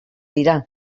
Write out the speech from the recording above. dira